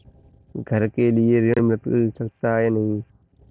घर के लिए ऋण मिल सकता है या नहीं?